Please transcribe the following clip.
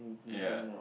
ya